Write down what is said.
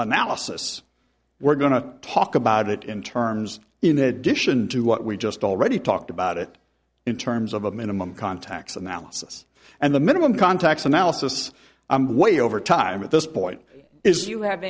analysis we're going to talk about it in terms in addition to what we just already talked about it in terms of a minimum contacts analysis and the minimum contacts analysis i'm way over time at this point is you have